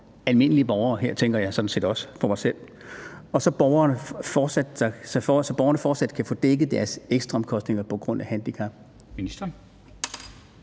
sådan set også på mig selv – så borgerne fortsat kan få dækket deres ekstraomkostninger på grund af handicap?